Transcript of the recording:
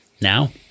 Now